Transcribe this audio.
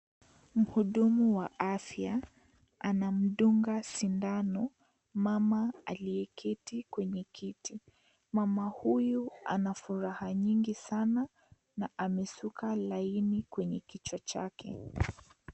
Mhudumu wa afya anamdunga sindano mama aliyeketi kwenye kiti. Mama huyu anafuraha nyingi sana na amesuka laini kwenye kichwa chake.